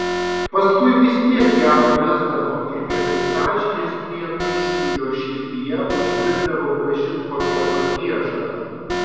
paskui vis tiek ją pamesdavo ir vietoj sąžinės priekaištų jo širdyje užvirdavo kažin kokia pagieža